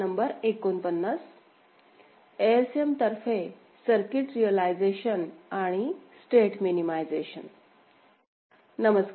नमस्कार